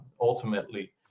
ultimately